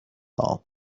all